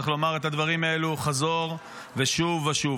צריך לומר את הדברים האלו חזור ושוב ושוב.